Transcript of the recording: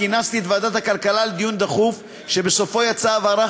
כינסתי את ועדת הכלכלה לדיון דחוף שבסופו יצאה הבהרה